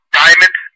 diamond